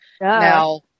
now